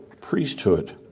priesthood